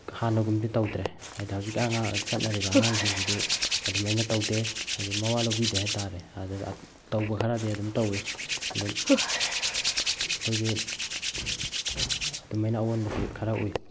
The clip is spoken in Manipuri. ꯍꯥꯟꯅꯒꯨꯝꯗꯤ ꯇꯧꯗ꯭ꯔꯦ ꯍꯥꯏꯗꯤ ꯍꯧꯖꯤꯛꯀꯥꯟ ꯑꯉꯥꯡ ꯆꯠꯅꯔꯤꯕ ꯑꯉꯥꯡꯁꯤꯡꯁꯤꯗꯤ ꯑꯗꯨꯃꯥꯏꯅ ꯇꯧꯗꯦ ꯍꯥꯏꯗꯤ ꯃꯋꯥ ꯂꯧꯕꯤꯗꯦ ꯍꯥꯏ ꯇꯥꯔꯦ ꯑꯗꯨꯗ ꯇꯧꯕ ꯈꯔꯗꯤ ꯑꯗꯨꯝ ꯇꯧꯏ ꯑꯗꯨꯝ ꯑꯩꯈꯣꯏꯒꯤ ꯑꯗꯨꯃꯥꯏꯅ ꯑꯋꯣꯟꯕꯁꯤ ꯈꯔ ꯎꯏ